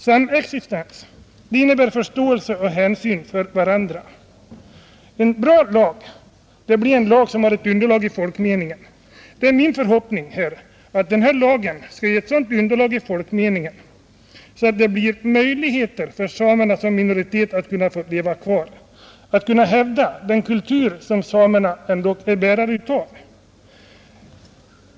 Samexistens innebär förståelse för och hänsyn till varandra. En bra lag blir en lag, som har underlag i folkmeningen. Det är min förhoppning att denna lag skall få ett sådant underlag i folkmeningen att det blir möjligt för samerna såsom en minoritet att leva kvar och kunna hävda den kultur samerna ändå är bärare av.